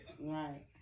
Right